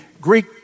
Greek